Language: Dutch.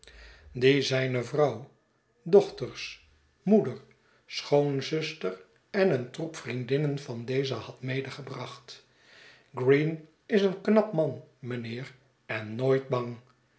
die zijne vrouw dochters moeder schoonzuster en een troep vriendinnen van deze had medegebracht green is een knap man mijnheer en nooit bang